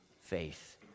faith